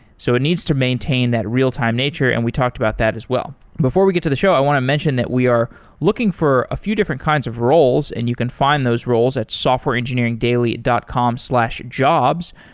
so it needs to maintain that real-time nature and we talked about that as well before we get to the show, i want to mention that we are looking for a few different kinds of roles and you can find those roles at softwareengineeringdaily dot com slash jobs.